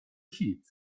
hit